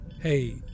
Hey